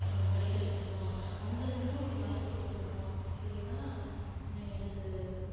படிக்க வைக்கணும் அவங்களுக்குன்னு ஒரு வாய்ப்பு கொடுக்கணும் இது தான் நான் எனக்கு